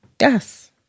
Yes